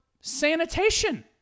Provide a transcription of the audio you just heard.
sanitation